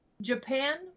japan